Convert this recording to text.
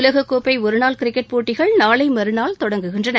உலகக்கோப்பை ஒருநாள் கிரிக்கெட் போட்டிகள் நாளை மறுநாள் தொடங்குகின்றன